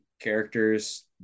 Characters